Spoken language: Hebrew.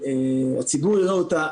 הציבור יראה אותה.